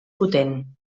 potent